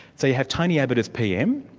so you have tony abbott as pm,